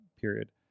Period